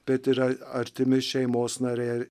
bet yra artimi šeimos nariai